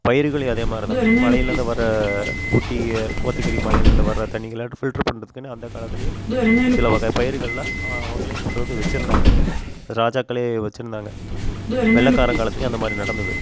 பயிருகளையும் அதே மாதிரி தான் மலையிலேருந்து வர்ற ஊட்டி கோத்தகிரி மலையிலேருந்து வர தண்ணிகளை அப்டி ஃபில்ட்ரு பண்ணுறதுக்குன்னே அந்த காலத்துலியே சில வகை பயிருகளெலாம் அவங்களே கொண்டு வந்து வெச்சுருந்தாங்க ராஜாக்களே வெச்சுருந்தாங்க வெள்ளக்காரன் காலத்துலேயும் அந்த மாதிரி நடந்தது